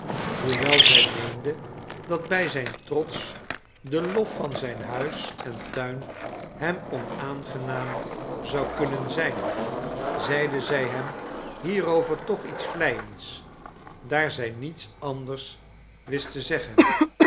hoewel zij meende dat bij zijn trots de lof van zijn huis en tuin hem onaangenaam zou kunnen zijn zeide zij hem hierover toch iets vleiends daar zij niets anders wist te zeggen